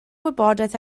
wybodaeth